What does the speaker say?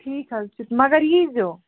ٹھیٖک حظ چھُ مگر ییٖزیٚو